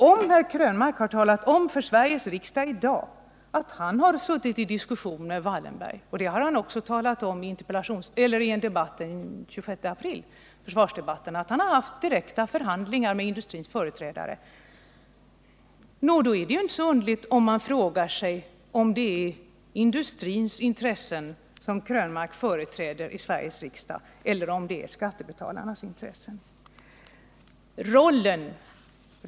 Om herr Krönmark hade talat om för Sveriges riksdag i dag, såsom han gjorde i försvarsdebatten den 26 april, att han haft direkta förhandlingar med Marcus Wallenberg, industrins företrädare, då är det inte så underligt att man frågar sig om det är industrins intressen som herr Krönmark företräder i Sveriges riksdag eller om det är skattebetalarnas intressen.